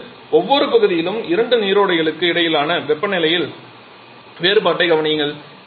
இப்போது ஒவ்வொரு பகுதியிலும் இரண்டு நீரோடைகளுக்கு இடையிலான வெப்பநிலையின் வேறுபாட்டைக் கவனியுங்கள்